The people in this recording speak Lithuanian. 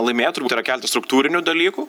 laimėjo turbūt yra keletas struktūrinių dalykų